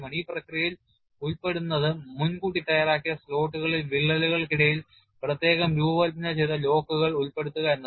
ഈ പ്രക്രിയയിൽ ഉൾപ്പെടുന്നത് മുൻകൂട്ടി തയ്യാറാക്കിയ സ്ലോട്ടുകളിൽ വിള്ളലുകൾക്കിടയിൽ പ്രത്യേകം രൂപകൽപ്പന ചെയ്ത ലോക്കുകൾ ഉൾപ്പെടുത്തുക എന്നതാണ്